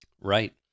Right